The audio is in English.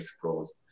Pro's